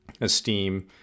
esteem